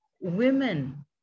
women